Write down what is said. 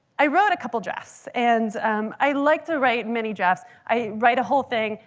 i wrote a couple drafts. and um i like to write many drafts. i write a whole thing,